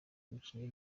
umukinnyi